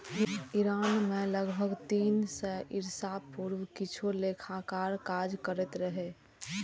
Iran मे लगभग तीन सय ईसा पूर्व किछु लेखाकार काज करैत रहै